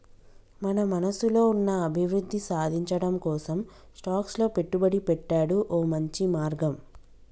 మన మనసులో ఉన్న అభివృద్ధి సాధించటం కోసం స్టాక్స్ లో పెట్టుబడి పెట్టాడు ఓ మంచి మార్గం